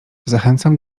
zachęcam